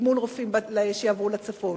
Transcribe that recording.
תגמול רופאים שיעברו לצפון.